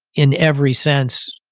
in every sense,